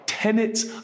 Tenets